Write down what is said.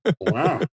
Wow